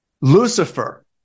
Lucifer